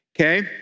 okay